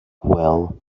well